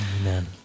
Amen